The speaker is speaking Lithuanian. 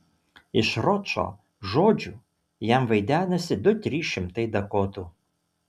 iš ročo žodžių jam vaidenasi du trys šimtai dakotų